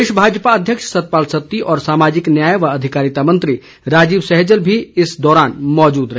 प्रदेश भाजपा अध्यक्ष सतपाल सत्ती और सामाजिक न्याय व अधिकारिता मंत्री राजीव सहजल भी इस दौरान मौजूद रहे